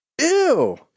Ew